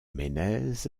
ménez